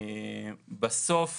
בסוף